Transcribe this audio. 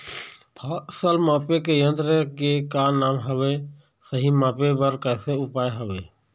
फसल मापे के यन्त्र के का नाम हवे, सही मापे बार कैसे उपाय हवे?